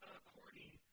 according